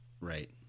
Right